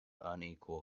unequal